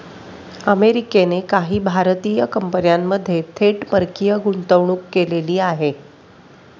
अमेरिकेने काही भारतीय कंपन्यांमध्ये थेट परकीय गुंतवणूक केलेली आहे